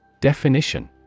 Definition